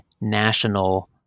national